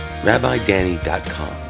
rabbidanny.com